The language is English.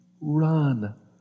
Run